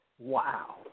Wow